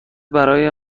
برای